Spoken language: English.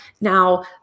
now